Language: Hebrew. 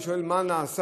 אני שואל מה נעשה,